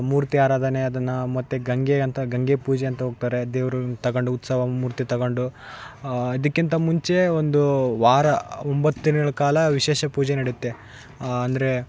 ಮೂರ್ತಿ ಆರಾಧನೆ ಅದನ್ನು ಮತ್ತು ಗಂಗೆ ಅಂತ ಗಂಗೆ ಪೂಜೆ ಅಂತ ಹೋಗ್ತಾರೆ ದೇವರು ತಗೊಂಡು ಉತ್ಸವ ಮೂರ್ತಿ ತಗೊಂಡು ಅದಕ್ಕಿಂತ ಮುಂಚೆ ಒಂದು ವಾರ ಒಂಬತ್ತು ದಿನಗಳ ಕಾಲ ವಿಶೇಷ ಪೂಜೆ ನಡೆಯುತ್ತೆ ಅಂದರೆ